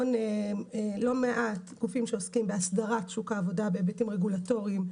לא מעט גופים שעוסקים באסדרת שוק העבודה בהיבטים רגולטוריים,